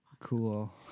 Cool